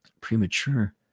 premature